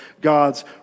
God's